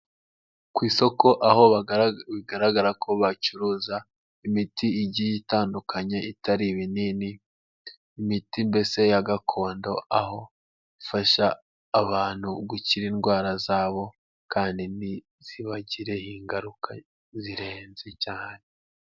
Ku isoko aho bigaragara ko bacuruza imiti igiye itandukanye itari ibinini; imiti mbese ya gakondo aho ifasha abantu gukira indwara zabo; kandi ntizibagireho ingaruka zirenze cyane.